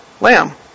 lamb